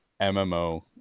MMO